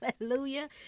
Hallelujah